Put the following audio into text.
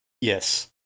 Yes